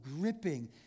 gripping